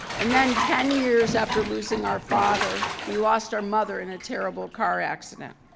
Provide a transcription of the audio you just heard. and then ten years after losing our father, we lost our mother in a terrible car accident.